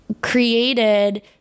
created